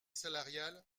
salariale